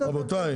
רבותיי,